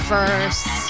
First